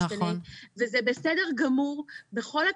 וזה בסדר גמור בכל הכבוד,